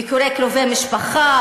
ביקורי קרובי משפחה,